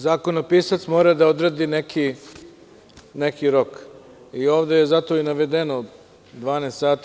Zakonopisac mora da odredi neki rok i ovde je zato navedeno 12 sati.